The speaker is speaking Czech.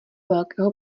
velkého